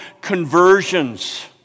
conversions